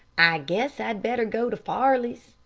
i guess i'd better go to farley's,